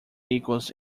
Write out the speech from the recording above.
equals